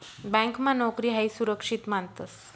ब्यांकमा नोकरी हायी सुरक्षित मानतंस